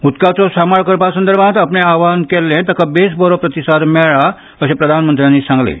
उदकाचो सांबाळकरपा संदर्भांत आपणे आवाहन केल्ले ताका बेसबरो प्रतिसाद मेळ्ळा अशें प्रधानमंत्र्यानी सांगलें